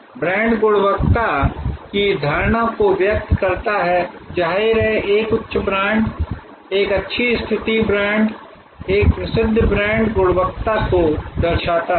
brand गुणवत्ता की धारणा को व्यक्त करता है जाहिर है एक उच्च ब्रांड एक अच्छी स्थिति ब्रांड एक प्रसिद्ध ब्रांड गुणवत्ता को दर्शाता है